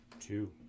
Two